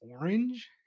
orange